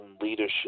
leadership